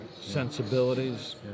sensibilities